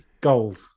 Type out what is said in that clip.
gold